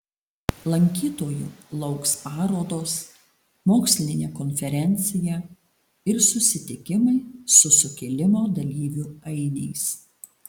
lankytojų lauks parodos mokslinė konferencija ir susitikimai su sukilimo dalyvių ainiais